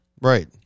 Right